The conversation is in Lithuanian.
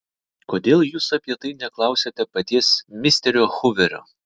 kodėl jūs apie tai neklausiate paties misterio huverio